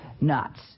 nuts